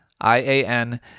I-A-N